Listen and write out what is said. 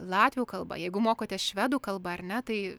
latvių kalba jeigu mokotės švedų kalba ar ne tai